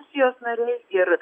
komisijos nariai ir